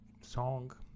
song